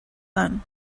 son